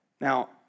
Now